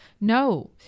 no